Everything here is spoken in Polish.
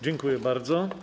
Dziękuję bardzo.